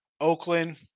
Oakland